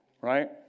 right